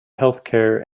healthcare